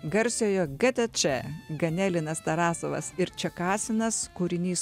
garsiojo gtč ganelinas tarasovas ir čekasinas kūrinys